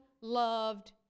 loved